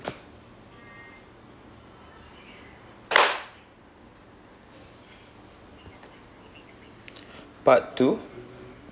part two